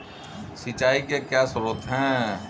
सिंचाई के क्या स्रोत हैं?